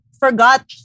forgot